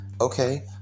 okay